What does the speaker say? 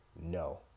No